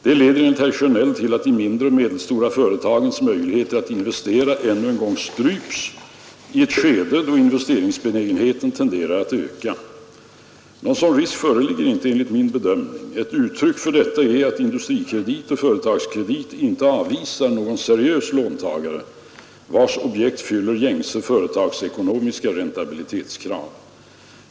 Detta leder enligt herr Sjönell till att de mindre och medelstora företagens möjligheter att investera ännu en gång stryps i ett skede, då investeringsbenägenheten tenderar att öka. Någon sådan risk föreligger inte enligt min bedömning. Ett uttryck för detta är att Industrikredit och Företagskredit inte avvisar någon seriös låntagare, vars investeringsobjekt fyller gängse företagsekonomiska räntabilitetskrav.